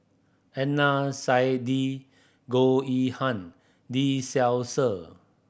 Adnan Saidi Goh Yihan Lee Seow Ser